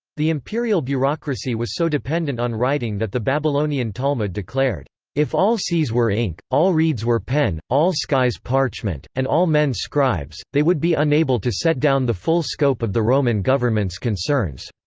the imperial bureaucracy was so dependent on writing that the babylonian talmud declared if all seas were ink, all reeds were pen, all skies parchment, and all men scribes, they would be unable to set down the full scope of the roman government's concerns.